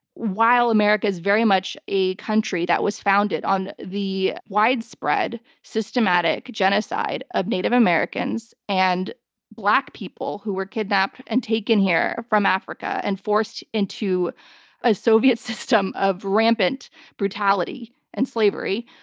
while america is very much a country that was founded on the widespread systematic genocide of native americans and black people who were kidnapped and taken here from africa and forced into a soviet system of rampant brutality and slavery,